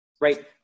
right